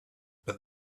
but